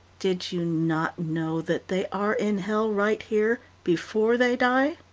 did you not know that they are in hell right here, before they die